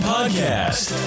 Podcast